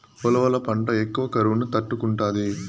ఉలవల పంట ఎక్కువ కరువును తట్టుకుంటాది